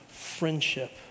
Friendship